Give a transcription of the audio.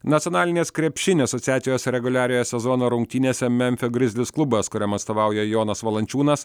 nacionalinės krepšinio asociacijos reguliariojo sezono rungtynėse memfio grizlis klubas kuriam atstovauja jonas valančiūnas